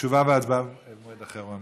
תשובה והצבעה במועד אחר.